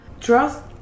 trust